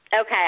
Okay